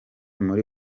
muri